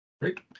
Great